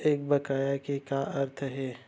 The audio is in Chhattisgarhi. एक बकाया के का अर्थ हे?